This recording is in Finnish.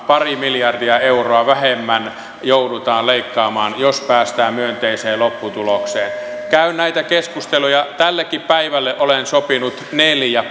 pari miljardia euroa vähemmän joudutaan leikkaamaan jos päästään myönteiseen lopputulokseen käyn näitä keskusteluja tällekin päivälle olen sopinut neljä